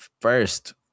first